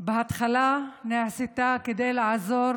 בהתחלה זה נעשה כדי לעזור